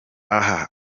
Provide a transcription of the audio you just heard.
aha